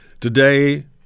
today